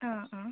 ആ ആ